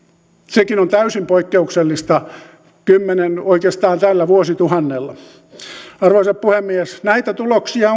sekin on täysin poikkeuksellista oikeastaan tällä vuosituhannella arvoisa puhemies näitä tuloksia